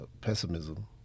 pessimism